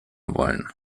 wollen